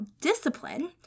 discipline